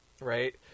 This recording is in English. right